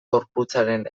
gorputzaren